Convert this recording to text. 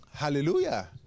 Hallelujah